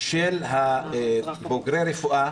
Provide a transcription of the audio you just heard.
של בוגרי רפואה.